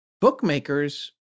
Bookmakers